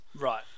right